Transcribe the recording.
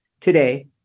today